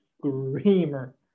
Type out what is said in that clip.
screamer